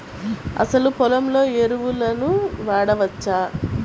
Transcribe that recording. అసలు పొలంలో ఎరువులను వాడవచ్చా?